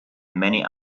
many